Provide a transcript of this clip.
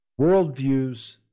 worldviews